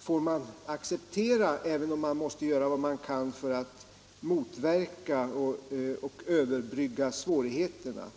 får man acceptera, även om man måste göra vad man kan för att motverka och överbrygga svårigheterna.